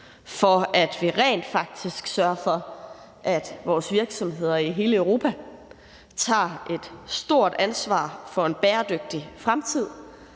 mod, at vi rent faktisk sørger for, at vores virksomheder i hele Europa tager et stort ansvar for en bæredygtig fremtid.